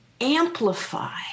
amplify